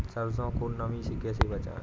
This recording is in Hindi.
सरसो को नमी से कैसे बचाएं?